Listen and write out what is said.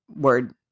word